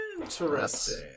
Interesting